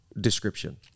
description